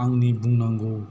आंनि बुंनांगौ